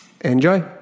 Enjoy